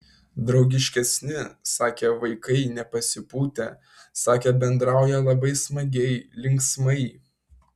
draugiškesni sakė vaikai nepasipūtę sakė bendrauja labai smagiai linksmai